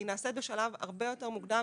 נעשית בשלב הרבה יותר מוקדם,